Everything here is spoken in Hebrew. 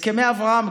הסכמי אברהם,